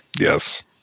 Yes